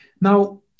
Now